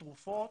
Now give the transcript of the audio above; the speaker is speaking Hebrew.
תרופות,